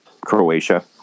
croatia